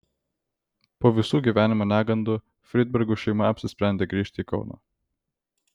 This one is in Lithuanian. po visų gyvenimo negandų fridbergų šeima apsisprendė grįžti į kauną